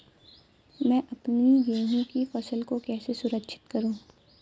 मैं अपनी गेहूँ की फसल को कैसे सुरक्षित करूँ?